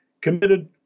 committed